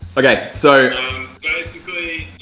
okay so basically